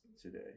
today